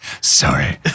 Sorry